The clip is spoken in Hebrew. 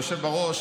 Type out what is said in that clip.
היושב בראש,